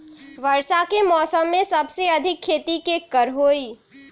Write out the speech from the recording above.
वर्षा के मौसम में सबसे अधिक खेती केकर होई?